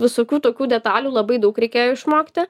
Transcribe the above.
visokių tokių detalių labai daug reikėjo išmokti